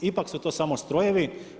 Ipak su to samo strojevi.